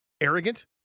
arrogant